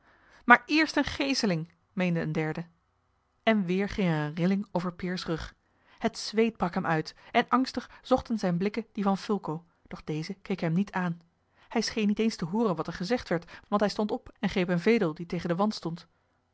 maar eerst eene geeseling meende een derde en weer ging er eene rilling over peers rug het zweet brak hem uit en angstig zochten zijne blikken die van fulco doch deze keek hem niet aan hij scheen niet eens te hooren wat er gezegd werd want hij stond op en greep eene vedel die tegen den wand stond